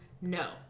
no